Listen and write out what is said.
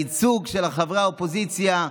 הייצוג של חברי האופוזיציה,